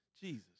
Jesus